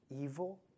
evil